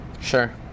Sure